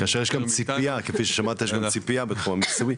יש ציפייה בתחם המיסוי.